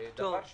דבר שני,